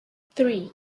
three